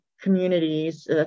communities